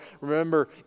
remember